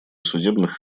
судебных